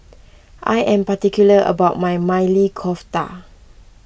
I am particular about my Maili Kofta